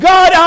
God